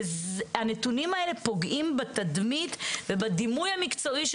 והנתונים האלה פוגעים בתדמית ובדימוי המקצועי של